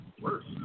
Worse